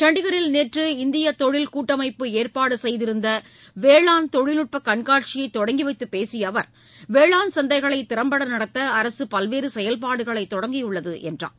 சண்டிகரில் நேற்று இந்திய தொழில் கூட்டமைப்பு ஏற்பாடு செய்திருந்த வேளாண் தொழில்நுட்ப கண்காட்சியை தொடங்கி வைத்துப் பேசிய அவர் வேளான் சந்தைகளை திறம்பட நடத்த அரசு பல்வேறு செயல்பாடுகளை தொடங்கியுள்ளது என்றார்